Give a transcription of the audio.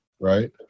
right